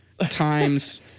times